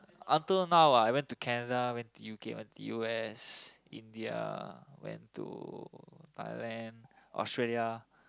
until now ah I went to Canada I went to U_K I went to U_S India went to Thailand Australia